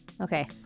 Okay